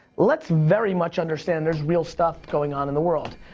let's very much understand there's real stuff going on in the world.